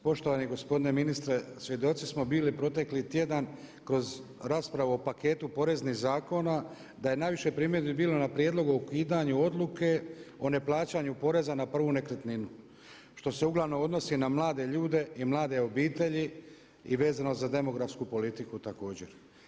Poštovani gospodine ministre, svjedoci smo bili protekli tjedan kroz raspravu o paketu poreznih zakona da je najviše primjedbi bilo na prijedlog o ukidanju Odluke o neplaćanju poreza na prvu nekretninu, što se uglavnom odnosi na mlade ljude i mlade obitelji i vezano za demografsku politiku također.